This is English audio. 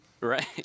Right